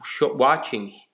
watching